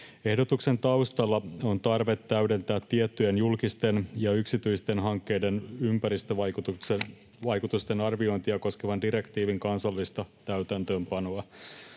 Ehdotuksen taustalla on tarve täydentää tiettyjen julkisten ja yksityisten hankkeiden ympäristövaikutusten arviointia koskevan direktiivin kansallista täytäntöönpanoa.